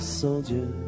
soldier